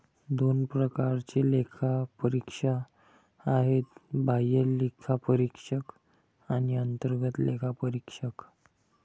दोन प्रकारचे लेखापरीक्षक आहेत, बाह्य लेखापरीक्षक आणि अंतर्गत लेखापरीक्षक